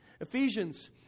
Ephesians